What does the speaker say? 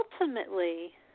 Ultimately